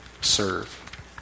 serve